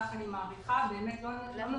כך אני מעריכה --- למה